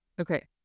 Okay